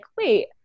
wait